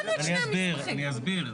אני אסביר.